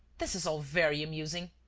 this is all very amusing.